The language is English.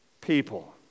people